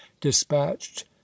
dispatched